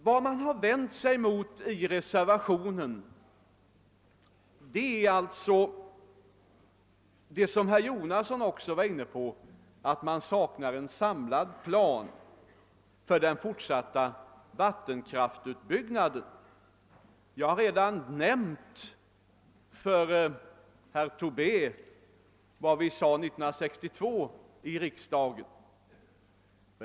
Vad man har vänt sig mot i reservationen är det som herr Jonasson ock så var inne på — att man saknar en komplett plan för den fortsatta vattenkraftsutbyggnaden. Jag har redan nämnt för herr Tobé vad vi 1962 sade i riksdagen.